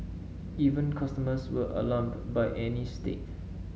even customers were alarmed by Annie's state